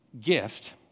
gift